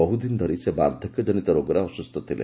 ବହ୍ଦିନ ଧରି ସେ ବାର୍କ୍କ୍ଜନିତ ରୋଗରେ ଅସୁସ୍ଥ ଥିଲେ